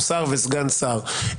או שר וסגן שר,